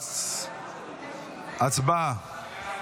הצבעה.